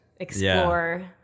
explore